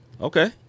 Okay